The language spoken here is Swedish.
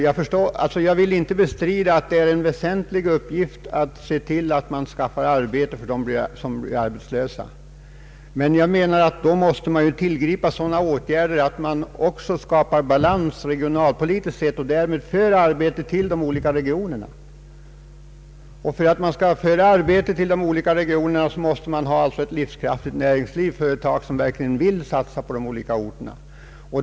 Jag vill inte bestrida att det är en väsentlig uppgift att skaffa arbete åt dem som blir arbetslösa. Men då måste man enligt min mening tillgripa sådana åtgärder att man också skapar balans regionalpolitiskt sett och därmed för arbete till de olika regionerna. För att detta skall bli möjligt måste man ha ett livskraftigt näringsliv med företag som verkligen vill satsa på de olika orterna.